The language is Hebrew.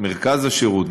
מֶרְכָּז השירות,